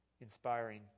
Inspiring